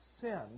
sin